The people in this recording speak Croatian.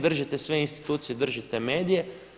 Držite sve institucije, držite medije.